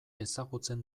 ezagutzen